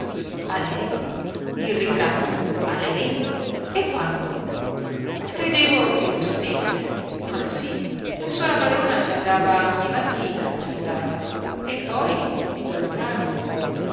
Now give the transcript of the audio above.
a lei il ritratto a lei e quando credevo che lo sapesse ma sì la sora padrona ci andava gni mattina ci andava e poi il